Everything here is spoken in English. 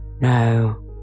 No